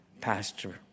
Pastor